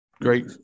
Great